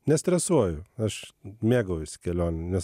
nestresuoju aš mėgaujuosi kelione nes